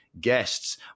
guests